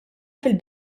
fil